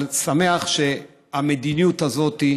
אבל שמח שהמדיניות הזאת,